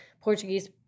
portuguese